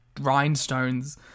rhinestones